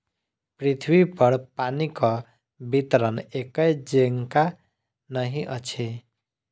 पृथ्वीपर पानिक वितरण एकै जेंका नहि अछि